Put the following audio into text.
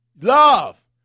love